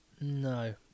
No